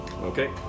Okay